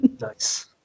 nice